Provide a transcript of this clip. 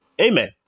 Amen